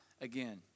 again